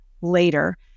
later